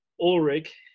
Ulrich